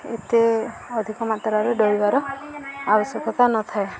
ଏତେ ଅଧିକ ମାତ୍ରାରେ ଡରିବାର ଆବଶ୍ୟକତା ନଥାଏ